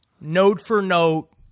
note-for-note